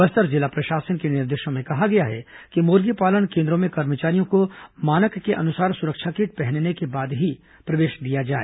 बस्तर जिला प्रशासन के निर्देशों में कहा गया है कि मुर्गीपालन केन्द्रों में कर्मचारियों को मानक अनुसार सुरक्षा किट पहनने के बाद ही प्रवेश दिया जाए